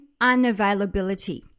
unavailability